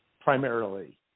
primarily